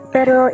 Pero